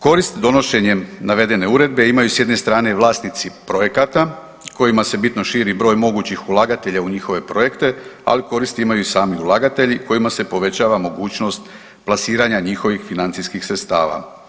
Korist donošenjem navedene uredbe, imaju s jedne strane, vlasnici projekata kojima se bitno širi broj mogućih ulagatelja u njihove projekte, ali koristi imaju sami ulagatelji kojima se povećava mogućnost plasiranja njihovih financijskih sredstava.